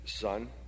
son